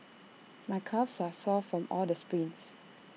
my calves are sore from all the sprints